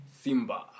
Simba